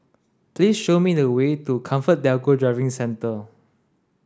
please show me the way to ComfortDelGro Driving Centre